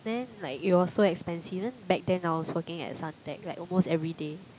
then like it was so expensive then back then I was working at Suntec like almost everyday